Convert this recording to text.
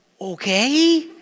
Okay